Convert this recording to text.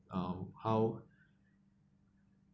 um how